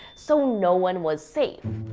so, no one was safe.